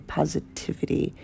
positivity